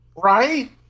Right